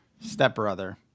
stepbrother